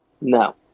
No